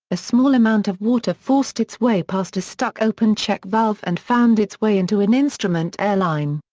a small amount of water forced its way past a stuck-open check valve and found its way into an instrument air line.